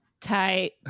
tight